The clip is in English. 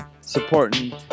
supporting